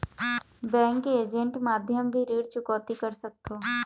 Bank के agent माध्यम भी ऋण चुकौती कर सकथों?